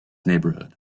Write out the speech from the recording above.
neighbourhood